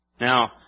Now